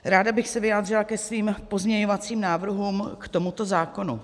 Ráda bych se vyjádřila ke svým pozměňovacím návrhům k tomuto zákonu.